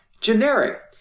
generic